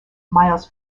miles